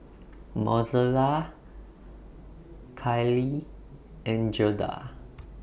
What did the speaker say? Mozella Kylie and Gerda